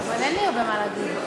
אין לי הרבה מה להגיד.